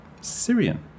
Syrian